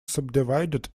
subdivided